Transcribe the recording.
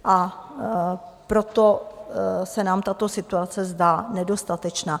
A proto se nám tato situace zdá nedostatečná.